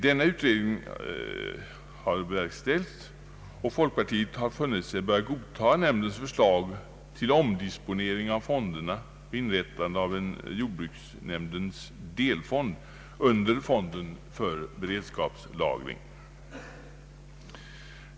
Denna utredning har verkställts, och folkpartiet har funnit sig böra godta nämndens förslag till omdisponering av fonderna för inrättandet av en jordbruksnämndens delfond under fonden för beredskapslagring.